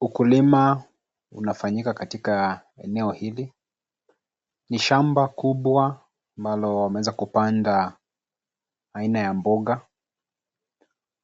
Ukulima, unafanyika katika, eneo hili. Ni shamba kubwa, ambalo wameweza kupanda, aina ya mboga,